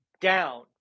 down